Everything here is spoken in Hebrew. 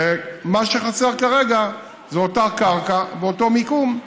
ומה שחסר כרגע זה אותה קרקע באותו מיקום,